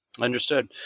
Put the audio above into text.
Understood